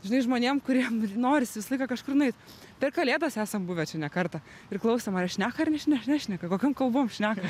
žinai žmonėm kuriem norisi visą laiką kažkur nueit per kalėdas esam buvę ne kartą ir klausėm ar jie šneka ar neš nešneka kokiom kalbom šneka